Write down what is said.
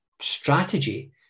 strategy